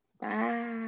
Bye